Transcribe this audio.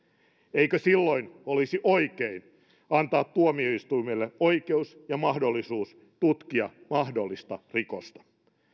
eikö silloin olisi oikein antaa tuomioistuimelle oikeus ja mahdollisuus tutkia mahdollista rikosta